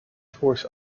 force